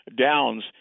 Downs